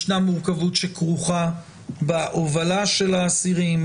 ישנה מורכבות שכרוכה בהובלה של האסירים,